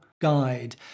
guide